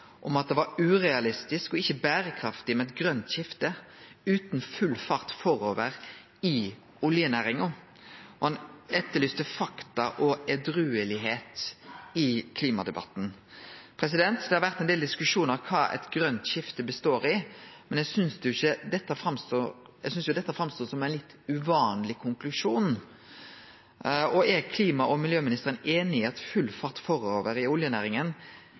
om at det var «urealistisk og ikke bærekraftig med et grønt skifte uten full fart forover i oljenæringen». Han etterlyste «fakta og edruelighet» i klimadebatten. Det har vore ein del diskusjonar om kva eit grønt skifte består i, men eg synest dette verkar som ein litt uvanleg konklusjon. Er klima- og miljøministeren einig i at «full fart forover i